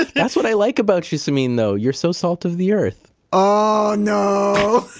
that's what i like about you, samin, though. you're so salt of the earth oh no.